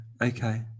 Okay